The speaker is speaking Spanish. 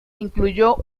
incluyó